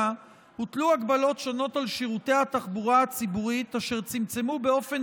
הוטלו הגבלות שונות על שירותי התחבורה הציבורית אשר צמצמו באופן